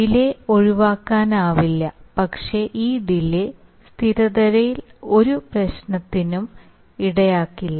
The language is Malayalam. ഡിലേ ഒഴിവാക്കാനാവില്ല പക്ഷേ ഈ ഡിലേ സ്ഥിരതയിൽ ഒരു പ്രശ്നത്തിനും ഇടയാക്കില്ല